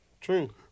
True